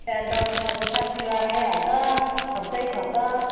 त्यहाँदेखि दसैँ सक्ने साथ तिहार आइहाल्छ खर्चै खर्च